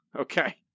okay